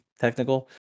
technical